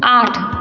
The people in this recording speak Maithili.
आठ